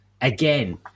again